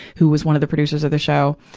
who was one of the producers of the show,